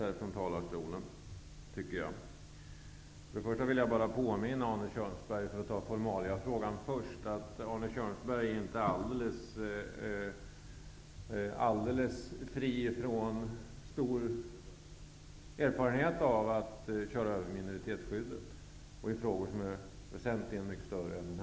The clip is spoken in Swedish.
För att ta formaliafrågan först vill jag bara påminna Arne Kjörnsberg om att han inte är helt fri från erfarenhet av att köra över minoritetsskyddet i frågor som är mycket större än denna.